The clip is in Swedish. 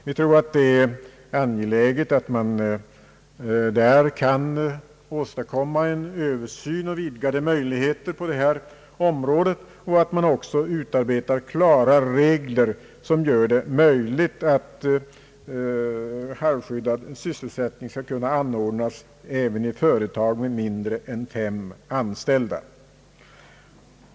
Vi tror att det är angeläget att man kan åstadkomma en översyn samt vidgade möjligheter på detta område och att man också utarbetar klara regler som gör det möjligt att anordna halvskyddad sysselsättning även i företag med mindre än fem anställda.